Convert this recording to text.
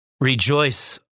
Rejoice